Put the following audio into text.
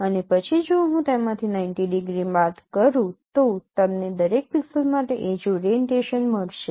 અને પછી જો હું તેમાંથી 90 ડિગ્રી બાદ કરું તો તમને દરેક પિક્સેલ માટે એડ્જ ઓરીએન્ટેશન મળશે